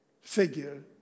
figure